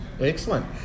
Excellent